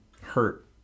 hurt